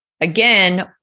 Again